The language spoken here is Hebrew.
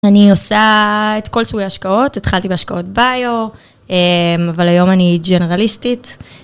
אני עושה את כל סוגי ההשקעות, התחלתי בהשקעות ביו, אבל היום אני ג'נרליסטית.